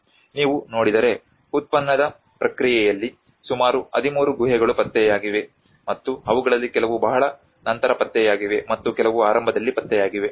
ನೀವು ನೋಡಿದರೆ ಉತ್ಖನನ ಪ್ರಕ್ರಿಯೆಯಲ್ಲಿprocess ಸುಮಾರು 13 ಗುಹೆಗಳು ಪತ್ತೆಯಾಗಿವೆ ಮತ್ತು ಅವುಗಳಲ್ಲಿ ಕೆಲವು ಬಹಳ ನಂತರ ಪತ್ತೆಯಾಗಿವೆ ಮತ್ತು ಕೆಲವು ಆರಂಭದಲ್ಲಿ ಪತ್ತೆಯಾಗಿವೆ